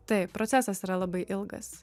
taip procesas yra labai ilgas